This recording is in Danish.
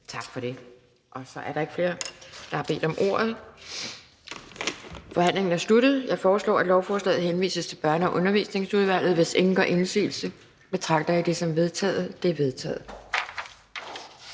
Tak for det. Der er ikke flere, der har bedt om ordet, så forhandlingen er sluttet. Jeg foreslår, at lovforslaget henvises til Børne- og Undervisningsudvalget. Hvis ingen gør indsigelse, betragter jeg det som vedtaget. Det er vedtaget.